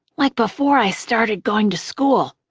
like before i started going to school.